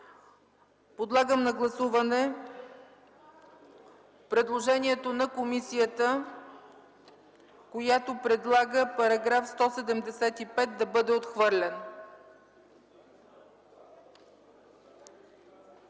Подлагам на гласуване предложението на комисията, която предлага § 175 да бъде отхвърлен.